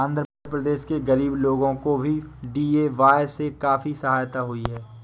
आंध्र प्रदेश के गरीब लोगों को भी डी.ए.वाय से काफी सहायता हुई है